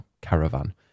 caravan